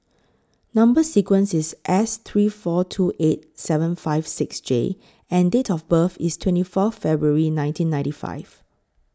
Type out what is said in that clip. Number sequence IS S three four two eight seven five six J and Date of birth IS twenty four February nineteen ninety five